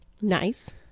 Nice